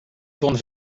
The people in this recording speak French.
tourne